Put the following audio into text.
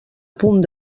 punt